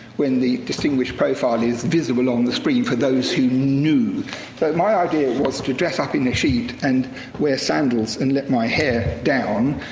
when the distinguished profile is visible on the screen, for those who knew so my idea was to dress up in a sheet, and wear sandals, and let my hair down,